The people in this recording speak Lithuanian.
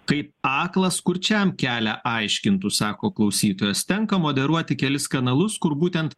kaip aklas kurčiam kelią aiškintų sako klausytojas tenka moderuoti kelis kanalus kur būtent